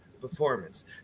performance